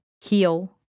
heal